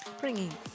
bringing